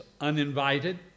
uninvited